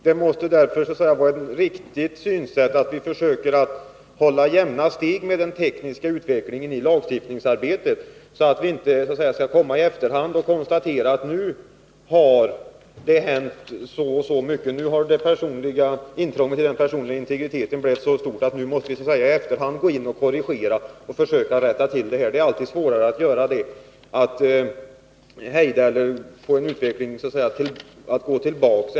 Det måste därför vara ett riktigt synsätt att man i lagstiftningsarbetet skall försöka hålla jämna steg med den tekniska utvecklingen, så att vi inte i efterhand behöver konstatera att nu har intrånget i den personliga integriteten blivit så stort att vi måste gå in och korrigera och försöka rätta till det hela. Det är alltid svårt att hejda utvecklingen och få den att så att säga gå tillbaka.